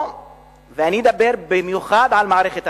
ואני אדבר במיוחד על מערכת החינוך,